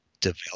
develop